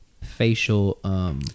Facial